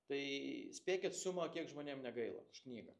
tai spėkit sumą kiek žmonėm negaila už knygą